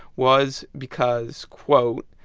was because, quote,